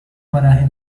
paraje